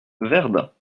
verdun